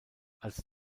als